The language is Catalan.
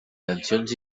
tensions